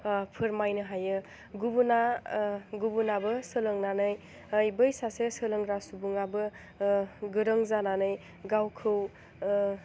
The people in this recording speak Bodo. फोरमायनो हायो गुबुना गुबुनाबो सोलोंनानै बै सासे सोलोंग्रा सुबुङाबो गोरों जानानै गावखौ